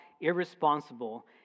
irresponsible